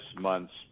month's